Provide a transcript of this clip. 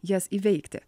jas įveikti